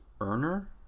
earner